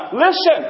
listen